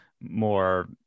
more